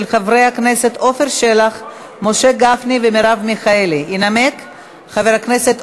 של חבר הכנסת דב חנין וקבוצת חברי הכנסת,